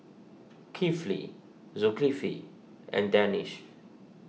Kifli Zulkifli and Danish